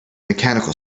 mechanical